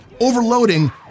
overloading